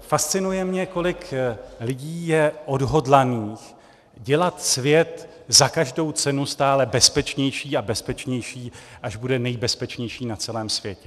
Fascinuje mě, kolik lidí je odhodlaných dělat svět za každou cenu stále bezpečnější a bezpečnější, až bude nejbezpečnější na celém světě.